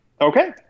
Okay